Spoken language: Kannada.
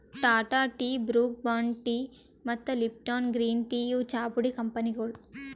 Tata tea, Brooke Bond tea ಮತ್ತ್ ಲಿಪ್ಟಾನ್ ಗ್ರೀನ್ ಟೀ ಇವ್ ಚಾಪುಡಿ ಕಂಪನಿಗೊಳ್